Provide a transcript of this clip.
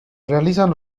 realizan